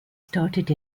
started